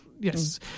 yes